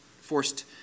forced